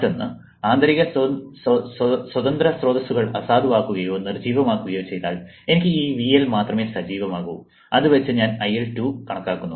മറ്റൊന്ന് ആന്തരിക സ്വതന്ത്ര സ്രോതസ്സുകൾ അസാധുവാകുകയോ നിർജ്ജീവമാക്കുകയോ ചെയ്താൽ എനിക്ക് ഈ VL മാത്രമേ സജീവമാകൂ അതുവെച്ച് ഞാൻ IL2 കണക്കാക്കുന്നു